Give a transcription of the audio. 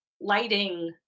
lighting